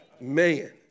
Man